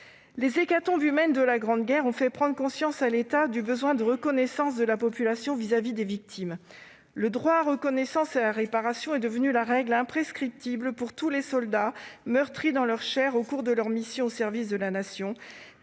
Les hécatombes humaines de la Grande Guerre ont fait prendre conscience à l'État du besoin de reconnaissance de la population vis-à-vis des victimes. Le droit à reconnaissance et à réparation est devenu la règle pour tous les soldats meurtris dans leur chair au cours de leurs missions au service de la Nation,